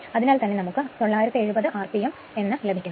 അതിനാൽ തന്നെ നമുക്ക് 970 rpm എന്ന് ലഭിക്കുന്നു